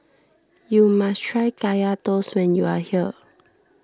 you must try Kaya Toast when you are here